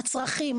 הצרכים,